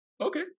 Okay